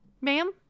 ma'am